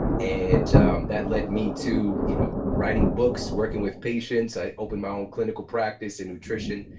and that led me to you know writing books, working with patients. i opened my own clinical practice in nutrition,